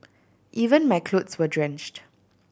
even my clothes were drenched